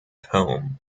home